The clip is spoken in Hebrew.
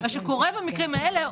מה שקורה במקרים האלה הוא,